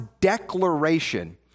declaration